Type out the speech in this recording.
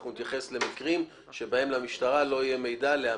אנחנו נתייחס למקרים בהם למשטרה לא יהיה מידע לאמת.